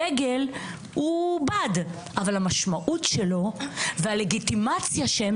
דגל הוא בד אבל המשמעות שלו והלגיטימציה שהם